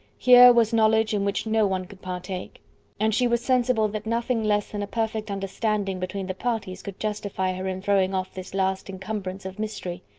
here was knowledge in which no one could partake and she was sensible that nothing less than a perfect understanding between the parties could justify her in throwing off this last encumbrance of mystery.